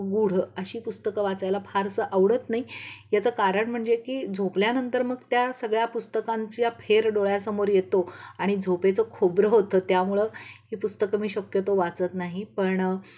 गुढ अशी पुस्तकं वाचायला फारसं आवडत नाही याचं कारण म्हणजे की झोपल्यानंतर मग त्या सगळ्या पुस्तकांचा फेर डोळ्यासमोर येतो आणि झोपेचं खोबरं होतं त्यामुळं पुस्तकं मी शक्यतो वाचत नाही पण